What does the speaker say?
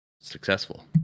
successful